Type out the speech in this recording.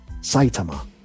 Saitama